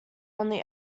only